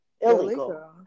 illegal